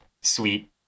sweet